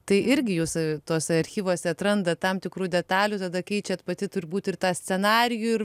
tai irgi jūs tuose archyvuose atrandat tam tikrų detalių tada keičiat pati turbūt ir tą scenarijų ir